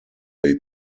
dei